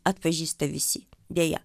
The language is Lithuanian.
atpažįsta visi deja